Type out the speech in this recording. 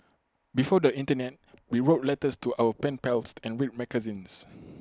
before the Internet we wrote letters to our pen pals and read magazines